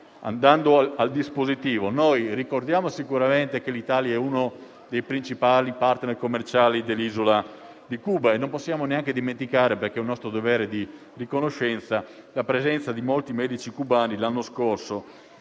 Andando al dispositivo, ricordiamo sicuramente che l'Italia è uno dei principali *partner* commerciali dell'isola di Cuba e non si può neanche dimenticare - è un nostro dovere di riconoscenza - la presenza di molti medici cubani che l'anno scorso